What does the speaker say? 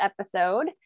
episode